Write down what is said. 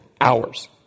hours